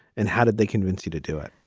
and how did they convince you to do it,